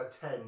ten